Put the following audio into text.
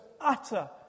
utter